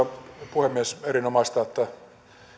puhemies erinomaista että